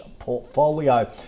portfolio